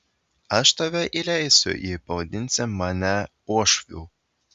aš tave įleisiu jei pavadinsi mane uošviu